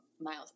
miles